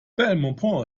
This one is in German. belmopan